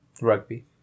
Rugby